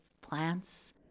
plants